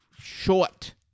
short